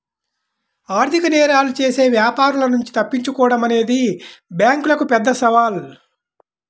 ఆర్థిక నేరాలు చేసే వ్యాపారుల నుంచి తప్పించుకోడం అనేది బ్యేంకులకు పెద్ద సవాలు